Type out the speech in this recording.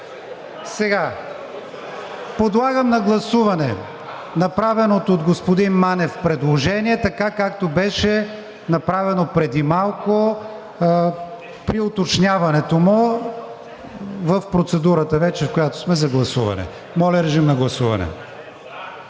Подлагам на гласуване направеното от господин Манев предложение така, както беше направено преди малко при уточняването му в процедурата вече, в която сме за гласуване. Гласували